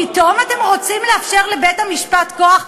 פתאום אתם רוצים לאפשר לבית-המשפט כוח?